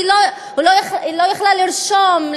היא לא יכלה לרשום,